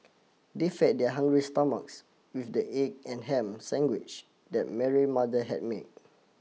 they fed their hungry stomachs with the egg and ham sandwich that Mary mother had made